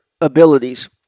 abilities